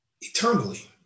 eternally